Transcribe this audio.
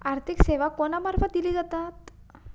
आर्थिक सेवा कोणा मार्फत दिले जातत?